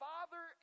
Father